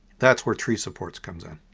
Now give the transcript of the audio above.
that's where tree supports comes in.